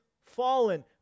fallen